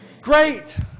great